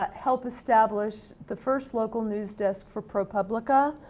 but help establish the first local news desk for propublica,